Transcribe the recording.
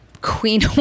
queen